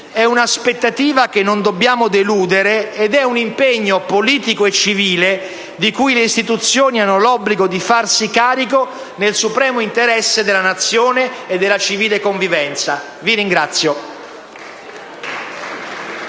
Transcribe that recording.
È un'aspettativa che non dobbiamo deludere ed è un impegno politico e civile di cui le istituzioni hanno l'obbligo di farsi carico nel supremo interesse della Nazione e della civile convivenza. *(Applausi